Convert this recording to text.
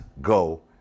go